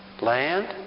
Land